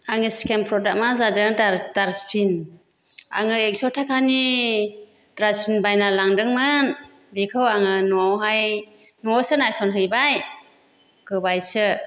आंनि स्केम प्राडामा जादों दार दारसपिन आङो एकस' ताखानि द्रासपिन बायना लांदोंमोन बिखौ आङो न'वावहाय न'वावसो नायसनहैबाय गोबायसो